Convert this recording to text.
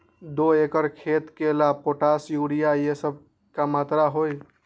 दो एकर खेत के ला पोटाश, यूरिया ये सब का मात्रा होई?